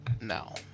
no